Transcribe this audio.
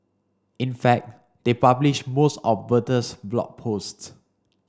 in fact they published most of Bertha's Blog Posts